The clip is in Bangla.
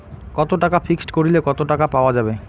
কত টাকা ফিক্সড করিলে কত টাকা পাওয়া যাবে?